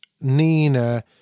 Nina